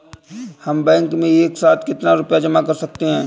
हम बैंक में एक साथ कितना रुपया जमा कर सकते हैं?